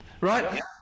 right